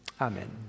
Amen